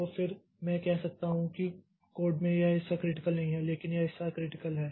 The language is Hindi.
तो फिर मैं कह सकता हूं कि कोड का यह हिस्सा क्रिटिकल नहीं है लेकिन यह हिस्सा क्रिटिकल है